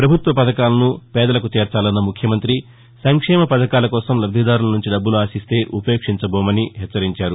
ప్రభుత్వ పథకాలను పేదలకు చేర్చాలన్న ముఖ్యమంత్రి సంక్షేమ పథకాల కోసం లబ్లిదారుల నుంచి డబ్బులు ఆశిస్టే ఉపేక్షించబోమని పెాచ్చరించారు